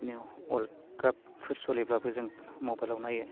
बिदिनो वर्ल्डकापफोर सोलिब्लाबो जों मबाइलाव नायो